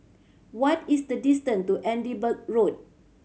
what is the distance to Edinburgh Road